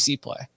play